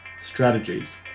strategies